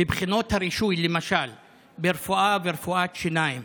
בבחינות הרישוי למשל ברפואה וברפואת שיניים